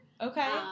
Okay